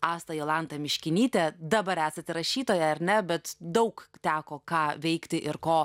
astą jolantą miškinytę dabar esate rašytoja ar ne bet daug teko ką veikti ir ko